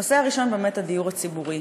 הנושא הראשון הוא באמת הדיור הציבורי.